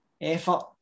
effort